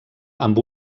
amb